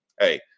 hey